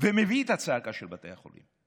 ומביא את הצעקה של בתי החולים.